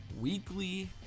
weekly